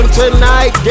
tonight